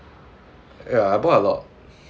ya I bought a lot